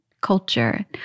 culture